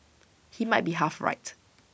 he might be half right